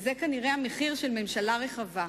וזה כנראה המחיר של ממשלה רחבה.